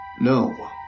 No